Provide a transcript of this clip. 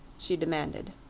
she demanded.